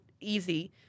easy